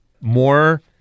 more